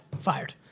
fired